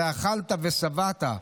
ואכלת ושבעת".